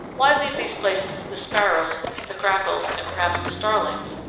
why leave these places to the sparrows, the grackles, and perhaps the starlings,